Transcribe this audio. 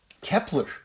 Kepler